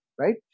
right